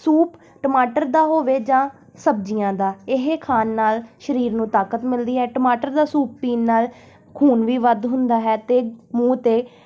soup ਟਮਾਟਰ ਦਾ ਹੋਵੇ ਜਾਂ ਸਬਜ਼ੀਆਂ ਦਾ ਇਹ ਖਾਣ ਨਾਲ ਸਰੀਰ ਨੂੰ ਤਾਕਤ ਮਿਲਦੀ ਹੈ ਟਮਾਟਰ ਦਾ ਸੂਪ ਪੀਣ ਨਾਲ ਖੂਨ ਵੀ ਵੱਧ ਹੁੰਦਾ ਹੈ ਅਤੇ ਮੂੰਹ 'ਤੇ